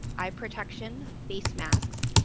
eye protection, face masks,